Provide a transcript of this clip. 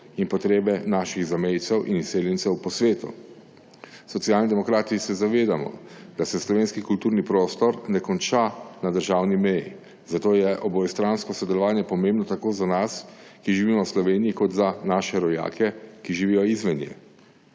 in potrebe naših zamejcev in izseljencev po svetu. Socialni demokrati se zavedamo, da se slovenski kulturni prostor ne konča na državni meji, zato je obojestransko sodelovanje pomembno tako za nas, ki živimo v Sloveniji, kot za naše rojake, ki živijo izven nje.